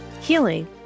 healing